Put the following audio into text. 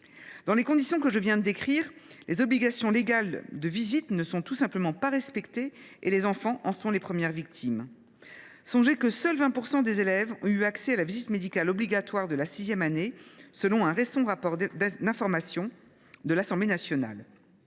Dans les conditions que je viens de décrire, les obligations légales de visite ne sont tout simplement pas respectées et les enfants en sont les premières victimes. Mes chers collègues, songez que seulement 20 % des élèves ont eu accès à la visite médicale obligatoire de la sixième année, selon un récent rapport d’information de l’Assemblée nationale.